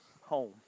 home